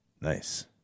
Nice